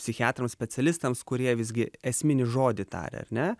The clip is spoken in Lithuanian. psichiatrams specialistams kurie visgi esminį žodį tarė ar ne